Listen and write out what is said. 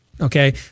Okay